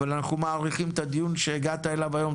אבל אנחנו מעריכים את הדיון שהגעת אליו היום.